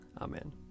Amen